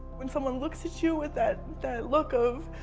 when someone looks at you with that look of